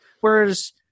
Whereas